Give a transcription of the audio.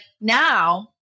now